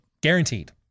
Guaranteed